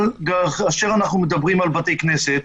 אבל כאשר אנחנו מדברים על בתי כנסת,